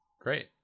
Great